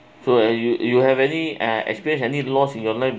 so you you you have any experience any loss in your life